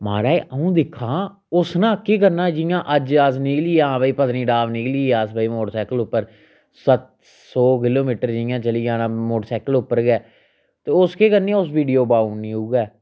महाराज आ'ऊं दिक्खां ओस ना केह् करना जियां अज्ज अस निकली गे हां भई पत्नीटाप निकली गे अस भाई मोटरसाइकल उप्पर सत्त सौ किल्लो मीटर जियां चली जाना मोटरसाइकल उप्पर गै ते ओस केह् करना उस वीडियो पाउनी उ'यै